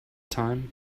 time